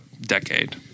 decade